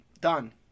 done